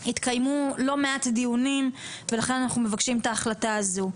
התקיימו לא מעט דיונים ולכן אנחנו מבקשים את ההחלטה הזו.